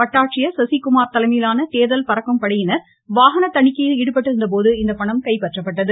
வட்டாட்சியர் சசிகுமார் தலைமையிலான தேர்தல் பறக்கும் படையினர் வாகன தணிக்கையில் ஈடுபட்டிருந்த போது இந்த பணம் கைப்பற்றப்பட்டது